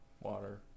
water